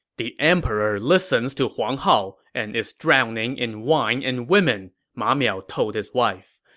the emperor listens to huang hao and is drowning in wine and women, ma miao told his wife.